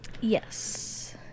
Yes